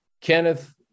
Kenneth